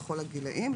בכל הגילאים,